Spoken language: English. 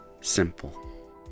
Simple